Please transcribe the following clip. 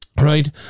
right